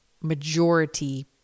majority